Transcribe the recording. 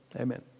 Amen